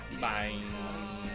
Bye